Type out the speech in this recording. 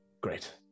Great